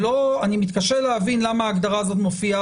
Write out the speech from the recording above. אני מתקשה להבין למה ההגדרה הזאת מופיעה